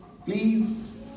Please